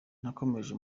nakomeje